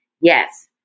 yes